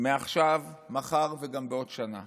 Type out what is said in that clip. עכשיו מחר וגם בעוד שנה